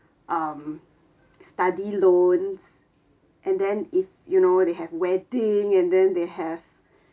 um study loans and then if you know they have wedding and then they have